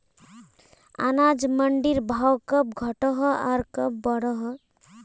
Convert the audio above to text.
अनाज मंडीर भाव कब घटोहो आर कब बढ़ो होबे?